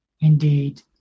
indeed